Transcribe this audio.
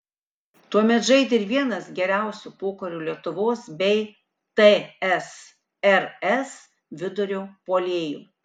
tuomet žaidė ir vienas geriausių pokario lietuvos bei tsrs vidurio puolėjų